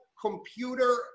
computer